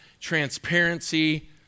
transparency